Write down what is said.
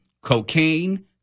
cocaine